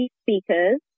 speakers